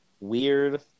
weird